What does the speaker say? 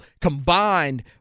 combined